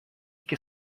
che